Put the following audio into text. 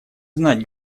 знать